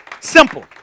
Simple